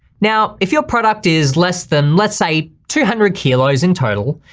now, if your product is less than let's say two hundred kilos in total,